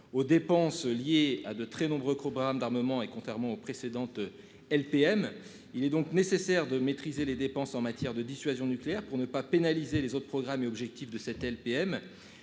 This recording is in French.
aux dépenses liées à de très nombreux Bram d'armement et contrairement aux précédentes LPM. Il est donc nécessaire de maîtriser les dépenses en matière de dissuasion nucléaire pour ne pas pénaliser les autres programmes et objectif de cette LPM.